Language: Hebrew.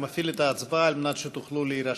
אני מפעיל את ההצבעה כדי שתוכלו להירשם.